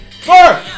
four